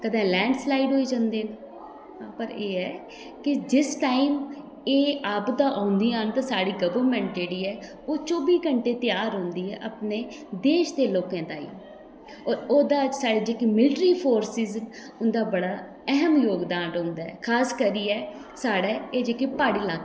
कदें लैंडस्लाईड होई जंदी ते एह् ऐ की जिस टाईम एह् आपदा औंदियां न ते साढ़ी गौरमेंट जेह्ड़ी ऐ ओह् चौबी घैंटे त्यार रौहंदी ऐ अपने देश दे लोकें ताहीं ते ओह्दे च एह् जेह्ड़ी मिलट्री फोर्सेज़ न उंदा अहम जोगदान रौहंदा ऐ खास करियै साढ़े एह् जेह्ड़े प्हाड़ी लाकै न